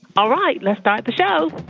all right, let's start the show